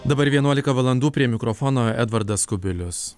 dabar vienuolika valandų prie mikrofono edvardas kubilius